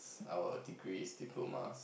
our degrees diplomas